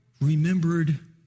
remembered